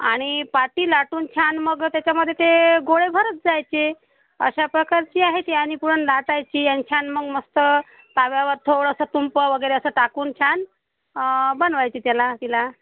आणि पाती लाटून छान मग त्याच्यामधे ते गोळे भरत जायचे अशा प्रकारची आहे ती आणि पुरण लाटायची आणि छान मग मस्त तव्यावर थोडंसं तूप वगैरे असं टाकून छान बनवायची त्याला तिला